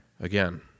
Again